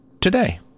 Today